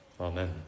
Amen